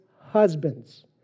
husbands